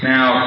Now